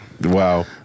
Wow